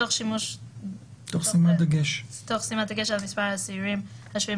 תוך שימת דגש על מספר האסירים השוהים